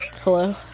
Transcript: Hello